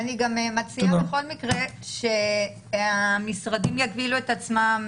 אני גם מציעה שהמשרדים יגבילו את עצמם,